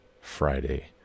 Friday